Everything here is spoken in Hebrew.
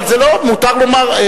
אבל מותר לומר,